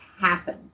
happen